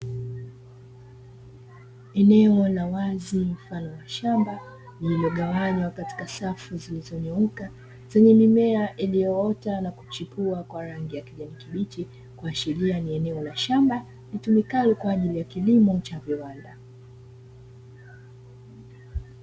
Eneo la wazi mfano wa shamba, lililogawanya katika safu zilizonyooka zinye mimea ilioota na kuchipua kwa rangi ya kijani kibichi, ikiashiria ni eneo la shamba litumikalo kwaajili ya kilimo cha viwanda.